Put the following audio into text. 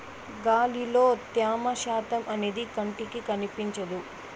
గాలిలో త్యమ శాతం అనేది కంటికి కనిపించదు